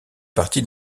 partie